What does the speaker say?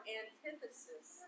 antithesis